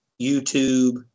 YouTube